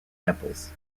temples